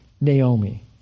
Naomi